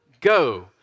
go